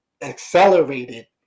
accelerated